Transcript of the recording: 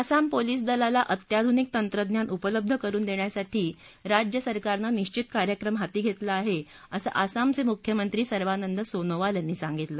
Assam police दलाला अत्याधुनिक तंत्रज्ञान उपलब्ध करुन देण्यासाठी राज्य सरकारनं निब्धित कार्यक्रम हाती घेतला आहे असं आसामचे मुख्यमंत्री सर्बानंद सोनोवाल यांनी सांगितलं